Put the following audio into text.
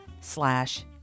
slash